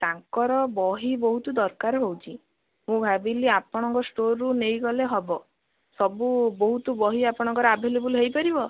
ତାଙ୍କର ବହି ବହୁତ ଦରକାର ହେଉଛି ମୁଁ ଭାବିଲି ଆପଣଙ୍କ ଷ୍ଟୋର୍ ରୁ ନେଇଗଲେ ହେବ ସବୁ ବହୁତ ବହି ଆପଣଙ୍କର ଆଭେଲେବୁଲ୍ ହେଇପାରିବ